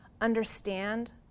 understand